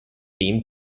beam